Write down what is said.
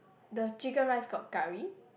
the chicken rice got curry